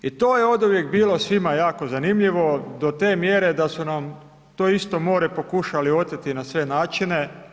I to je oduvijek bilo svima jako zanimljivo do te mjere da su nam to isto more pokušali oteti na sve načine.